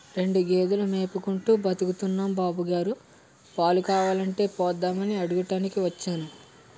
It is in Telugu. రెండు గేదెలు మేపుకుంటూ బతుకుతున్నాం బాబుగారు, పాలు కావాలంటే పోద్దామని అడగటానికి వచ్చాను